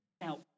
Now